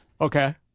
Okay